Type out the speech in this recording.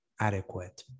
Adequate